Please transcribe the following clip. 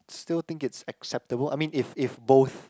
still think it's acceptable I mean if if both